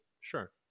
sure